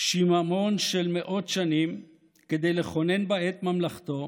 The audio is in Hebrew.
שיממון של מאות שנים כדי לכונן בעת ממלכתו,